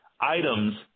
items